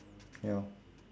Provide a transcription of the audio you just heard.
ya